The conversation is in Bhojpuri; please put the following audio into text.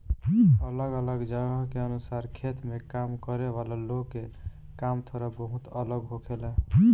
अलग अलग जगह के अनुसार खेत में काम करे वाला लोग के काम थोड़ा बहुत अलग होखेला